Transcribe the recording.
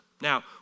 Now